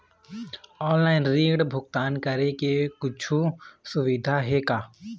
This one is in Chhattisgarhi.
ऑनलाइन ऋण भुगतान करे के कुछू सुविधा हे का?